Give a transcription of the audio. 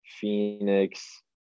Phoenix